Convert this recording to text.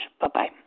Bye-bye